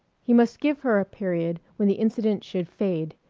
he must give her a period when the incident should fade,